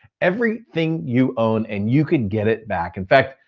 everything you own and you could get it back. in fact,